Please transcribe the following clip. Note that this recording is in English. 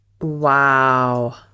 Wow